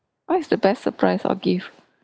what is the best surprise or gift